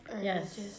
Yes